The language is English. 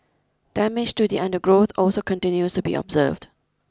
damage to the undergrowth also continues to be observed